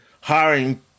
hiring